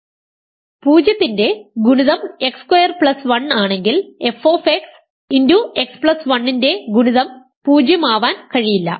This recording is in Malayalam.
0 ന്റെ ഗുണിതം x സ്ക്വയർ പ്ലസ് 1 ആണെങ്കിൽ f x1 ന്റെ ഗുണിതം 0 ആവാൻ കഴിയില്ല